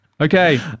Okay